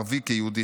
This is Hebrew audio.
ערבי כיהודי,